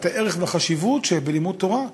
את הערך והחשיבות שבלימוד תורה.